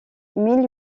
mille